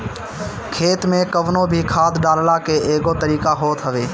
खेत में कवनो भी खाद डालला के एगो तरीका होत हवे